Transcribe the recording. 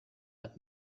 but